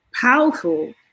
powerful